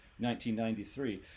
1993